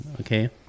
okay